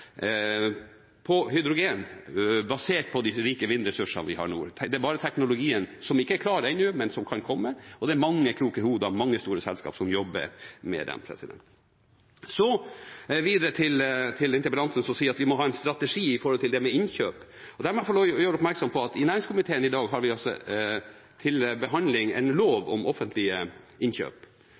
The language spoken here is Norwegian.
på hydrogen basert på de rike vindressursene vi har i nord. Det er bare teknologien som ikke er klar ennå, men som kan komme, og det er mange kloke hoder og mange store selskaper som jobber med dette. Så til interpellanten, som sier at vi må ha en strategi når det gjelder innkjøp. Da må jeg få lov til å gjøre oppmerksom på at i næringskomiteen i dag har vi til behandling en lov om offentlige innkjøp,